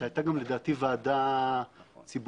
לדעתי גם הייתה ועדה ציבורית,